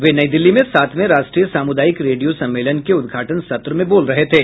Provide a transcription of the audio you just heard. वे नई दिल्ली में सातवें राष्ट्रीय सामुदायिक रेडियो सम्मेलन के उद्घाटन सत्र में बोल रहे थे